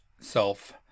self –